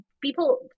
people